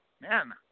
Man